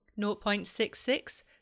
0.66